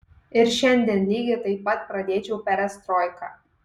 ir šiandien lygiai taip pat pradėčiau perestroiką